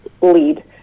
lead